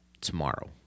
tomorrow